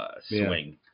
swing